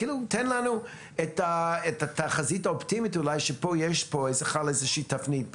תן לנו את התחזית האופטימית שחלה איזושהי תפנית.